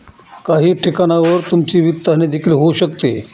काही ठिकाणांवर तुमची वित्तहानी देखील होऊ शकते